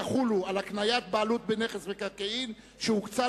יחולו על הקניית בעלות בנכס מקרקעין שהוקצה